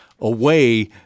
away